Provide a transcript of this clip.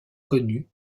connus